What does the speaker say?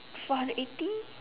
four hundred eighty